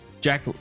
Jack